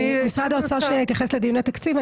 משרד האוצר יתייחס לדיוני התקציב.